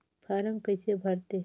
Form कइसे भरते?